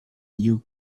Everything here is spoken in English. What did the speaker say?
you